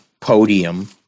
podium